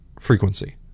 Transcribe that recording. frequency